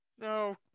No